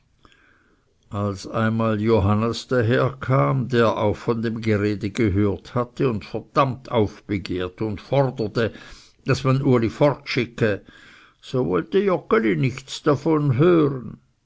als einmal johannes daherkam der auch von dem gerede gehört hatte und verdammt aufbegehrte und forderte daß man uli fortschicke so wollte joggeli nichts davon hören